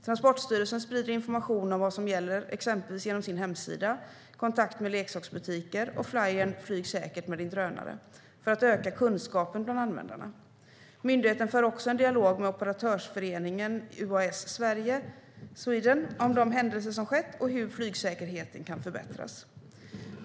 Transportstyrelsen sprider information om vad som gäller, exempelvis genom sin hemsida, kontakt med leksaksbutiker och flajern Flyg säkert med din drönare , för att öka kunskapen bland användarna. Myndigheten för också en dialog med operatörsföreningen UAS Sweden om de händelser som skett och hur flygsäkerheten kan förbättras.